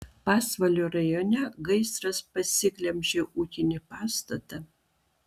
pasvalio rajone gaisras pasiglemžė ūkinį pastatą